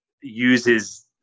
uses